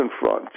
Front